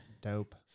dope